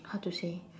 how to say